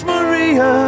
Maria